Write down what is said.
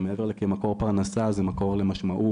שמעבר לזה שזה מקור פרנסה זה מקור למשמעות,